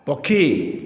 ପକ୍ଷୀ